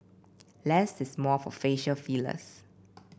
less is more for facial fillers